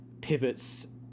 pivots